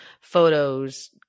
photos